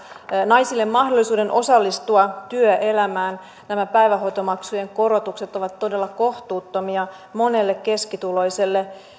naisille mahdollisuuden osallistua työelämään nämä päivähoitomaksujen korotukset ovat todella kohtuuttomia monelle keskituloiselle